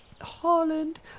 Holland